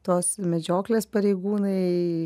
tos medžioklės pareigūnai